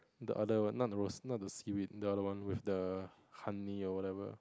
the other one not the rose not the seaweed the other one with the honey or whatever